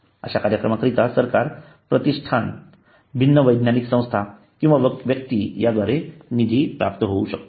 अश्या कार्यक्रमाकरिता सरकार प्रतिष्ठान भिन्न वैधानिक संस्था किंवा व्यक्ती द्वारे निधी प्राप्त होवू शकतो